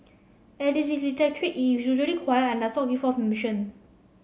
as it is electric it is unusually quiet and does not give off emission